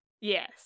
yes